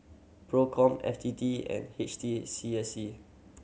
Procom F T T and H T A C I C